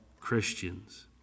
Christians